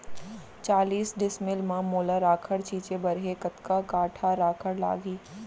चालीस डिसमिल म मोला राखड़ छिंचे बर हे कतका काठा राखड़ लागही?